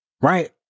Right